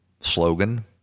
slogan